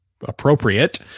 appropriate